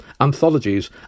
Anthologies